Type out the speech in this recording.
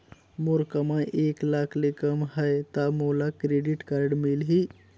मोर कमाई एक लाख ले कम है ता मोला क्रेडिट कारड मिल ही?